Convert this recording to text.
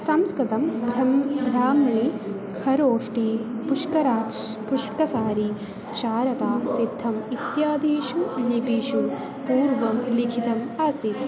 संस्कृतं भ्रमः भ्राम्री खरोष्टी पुष्कराक्ष् पुष्कसारी शारदा सिद्धम् इत्यादिषु लिपिषु पूर्वं लिखितम् आसीत्